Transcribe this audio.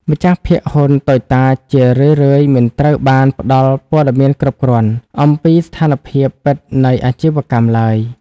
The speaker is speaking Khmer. ម្ចាស់ភាគហ៊ុនតូចតាចជារឿយៗមិនត្រូវបានផ្ដល់ព័ត៌មានគ្រប់គ្រាន់ អំពីស្ថានភាពពិតនៃអាជីវកម្មឡើយ។